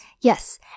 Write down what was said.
Yes